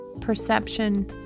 perception